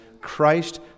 Christ